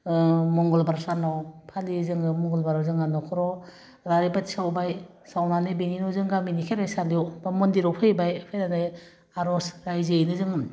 ओह मंगलबार सानाव फालियो जोङो मंगलबाराव जोंहा न'खराव आलारि बाथि सावबाय सावनानै बेनि जों गामिनि खेरायसालियाव बा मन्दिराव फैबाय फैनानै आरज राज्योयैनो जों